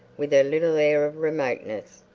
with her little air of remoteness.